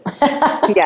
Yes